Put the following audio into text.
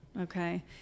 okay